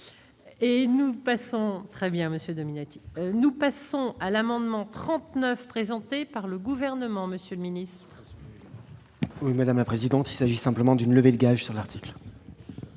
nous passons à l'amendement 39 présenté par le gouvernement, Monsieur le Ministre. Oui, madame la présidente, il s'agit simplement d'une levée gages sur l'article.